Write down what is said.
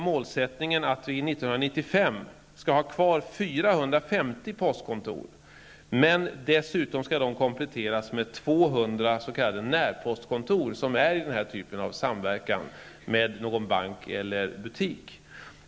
Målsättningen är att det 1995 skall finnas kvar 450 postkontor, men de skall dessutom kompletteras med 200 s.k. närpostkontor, som har denna typ av samverkan med någon bank eller butik.